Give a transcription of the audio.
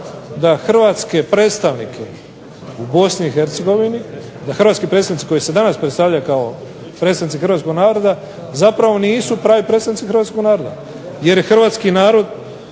da Hrvatske predstavnike u Bih, da hrvatski predstavnici koji se danas predstavljaju kao predstavnici hrvatskog naroda zapravo nisu pravi predstavnici hrvatskog naroda jer je hrvatski narod